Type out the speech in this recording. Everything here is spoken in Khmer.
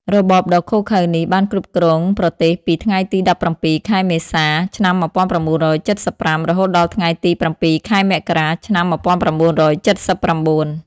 របបដ៏ឃោរឃៅនេះបានគ្រប់គ្រងប្រទេសពីថ្ងៃទី ១៧ ខែមេសា ឆ្នាំ១៩៧៥ រហូតដល់ថ្ងៃទី ៧ ខែមករា ឆ្នាំ១៩៧៩។